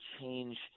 change